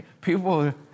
People